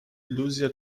iluzja